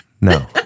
no